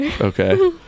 okay